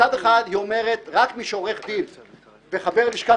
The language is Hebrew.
מצד אחד היא אומר: רק מי שעורך דין וחבר לשכת